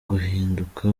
guhinduka